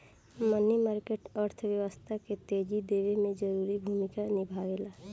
मनी market अर्थव्यवस्था के तेजी देवे में जरूरी भूमिका निभावेला